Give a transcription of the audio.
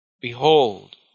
behold